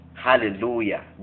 Hallelujah